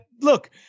look